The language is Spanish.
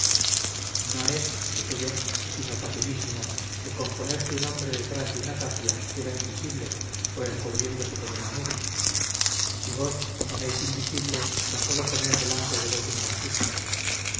no es dije yo sino facilísimo que con ponerse un hombre detrás de una tapia queda invisible o encubriéndose con una nube y vos os haréis invisible con solo poner delante de vos un mosquito